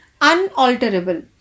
unalterable